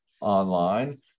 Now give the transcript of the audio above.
online